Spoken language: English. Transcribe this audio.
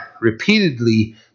repeatedly